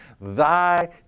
thy